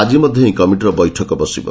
ଆଜି ମଧ୍ୟ ଏହି କମିଟିର ବୈଠକ ବସିବ